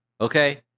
Okay